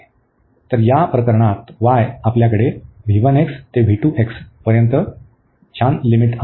तर या प्रकरणात y आपल्याकडे ते पर्यंत छान लिमिट आहेत